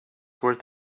worth